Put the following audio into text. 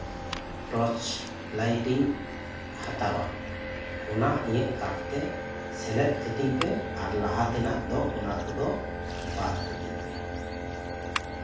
torch light ᱤᱧ ᱦᱟᱛᱟᱣᱟ ᱚᱱᱟ ᱤᱧᱟᱹᱜ ᱠᱟᱨᱰ ᱛᱮ ᱥᱮᱞᱮᱫ ᱠᱟᱹᱛᱤᱧ ᱯᱮ ᱟᱨ ᱞᱟᱦᱟ ᱛᱮᱱᱟᱜ ᱫᱚ ᱚᱱᱟ ᱠᱚᱫᱚ ᱵᱟᱫ ᱠᱟ ᱛᱤᱧ ᱯᱮ